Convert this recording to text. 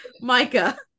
Micah